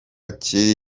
kiri